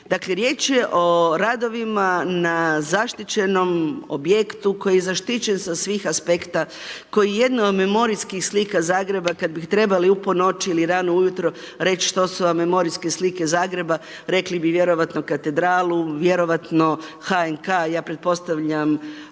Dakle riječ je o radovima na zaštićenom objektu koji je zaštićen sa svim aspekta, koje je jedno od memorijskih slika Zagreba kad bi trebali u po noći ili rano ujutro reći što su vam memorijske slike Zagreba, rekli bi vjerojatno katedralu, vjerovatno HNK, ja pretpostavljam